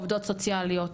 עובדות סוציאליות,